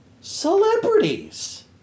celebrities